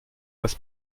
das